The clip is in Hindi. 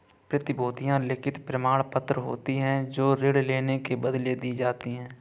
प्रतिभूतियां लिखित प्रमाणपत्र होती हैं जो ऋण लेने के बदले दी जाती है